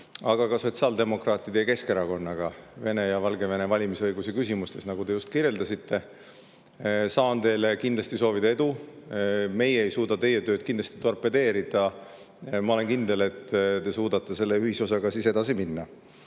ka sotsiaaldemokraatide ja Keskerakonnaga Vene ja Valgevene [kodanike] valimisõiguse küsimuses, nagu te just kirjeldasite. Saan teile kindlasti soovida edu. Meie ei suuda teie tööd kindlasti torpedeerida. Ma olen kindel, et te suudate selle ühisosaga edasi